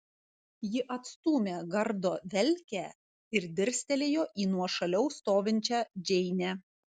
ji atstūmė gardo velkę ir dirstelėjo į nuošaliau stovinčią džeinę